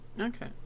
Okay